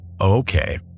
okay